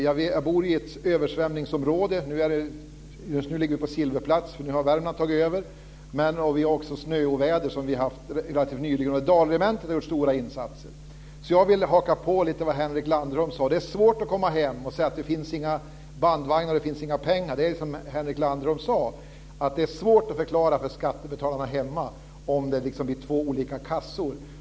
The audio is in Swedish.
Jag bor i ett översvämningsområde, och just nu ligger vi på silverplats, då Värmland har tagit över. Men vi har också relativt nyligen haft ett snöoväder, och Dalregementet har gjort stora insatser. Jag vill haka på vad Henrik Landerholm sade, att det är svårt att komma hem och säga att det inte finns några bandvagnar och inte några pengar. Det blir svårt att förklara för skattebetalarna hemma om det blir två olika kassor.